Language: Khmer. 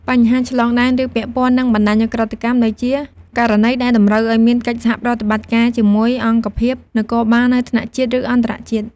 បញ្ហាឆ្លងដែន ឬពាក់ព័ន្ធនឹងបណ្តាញឧក្រិដ្ឋកម្មដូចជា ករណីដែលតម្រូវឱ្យមានកិច្ចសហប្រតិបត្តិការជាមួយអង្គភាពនគរបាលនៅថ្នាក់ជាតិ ឬអន្តរជាតិ។